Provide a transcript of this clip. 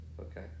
Okay